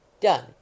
Done